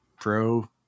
Pro